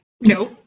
Nope